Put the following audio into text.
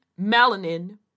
melanin